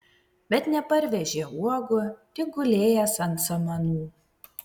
bet neparvežė uogų tik gulėjęs ant samanų